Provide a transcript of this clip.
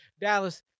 Dallas